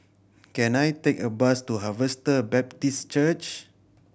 can I take a bus to Harvester Baptist Church